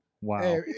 Wow